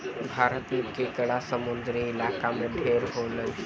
भारत में केकड़ा समुंद्री इलाका में ढेर होलसन